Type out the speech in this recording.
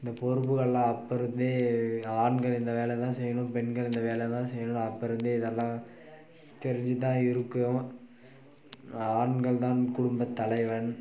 இந்த பொறுப்புகள்லாம் அப்போருந்தே ஆண்கள் இந்த வேலைதான் செய்யணும் பெண்கள் இந்த வேலை தான் செய்யணும் அப்போருந்தே இதெல்லாம் தெரிஞ்சு தான் இருக்கோம் ஆண்கள் தான் குடும்பத்தலைவன்